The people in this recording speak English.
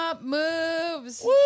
Moves